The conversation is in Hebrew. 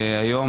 היום,